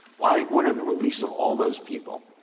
why order the release of all those people,